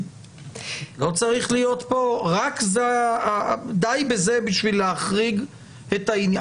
לא צריך להיות פה די בזה בשביל להחריג את העניין?